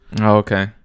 Okay